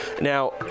Now